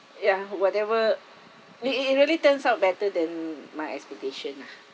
ya whatever it it it really turns out better than my expectation lah